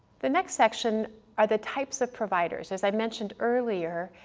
the next section are the types of providers, as i mentioned earlier,